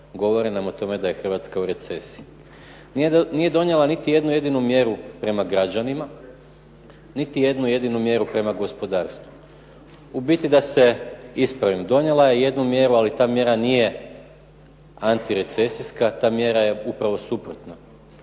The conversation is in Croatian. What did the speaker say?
govore nam o tome da je Hrvatska u recesiji. Nije donijela niti jednu jedinu mjeru prema građanima, niti jednu jedinu mjeru prema gospodarstvu. U biti, da se ispravim, donijela je jednu mjeru, ali ta mjera nije antirecesijska, ta mjera je upravo suprotno.